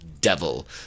devil